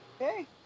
Okay